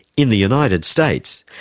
in the united states,